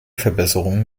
verbesserungen